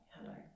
hello